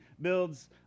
builds